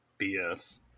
BS